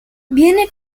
viene